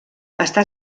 està